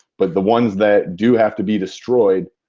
but the ones that do have to be destroyed